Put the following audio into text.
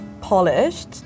polished